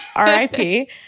RIP